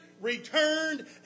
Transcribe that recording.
returned